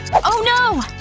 oh no!